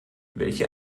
welche